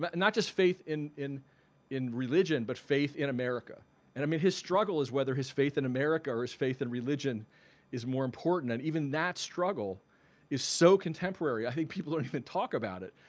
but and not just faith in in in religion but faith in america and i mean his struggle is whether his faith in america or his faith in religion is more important and even that struggle is so contemporary. i think people don't even talk about it.